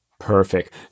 Perfect